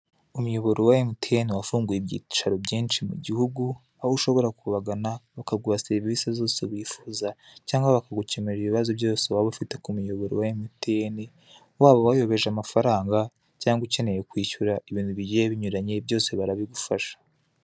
Umuyoboro wa MTN wafunguye ibyicaro byinshi mu gihugu, aho ushobora kubagana bakaguha serivise zose wifuza cyangwa bakagukemurira ibibazo byose waba ufite kumuyoboro wa MTN; waba wayobeje amafaranga cyangwa ukeneye kwishyura ibintu bigiye binyuranye, byose barabigufasha.